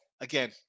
again